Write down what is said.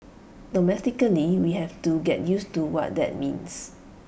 domestically we have to get used to what that means